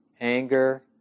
anger